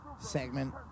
segment